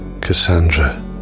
Cassandra